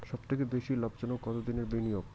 সবথেকে বেশি লাভজনক কতদিনের বিনিয়োগ?